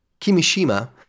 Kimishima